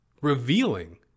revealing